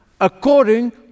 according